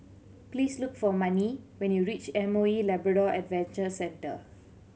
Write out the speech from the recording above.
please look for Manie when you reach M O E Labrador Adventure Centre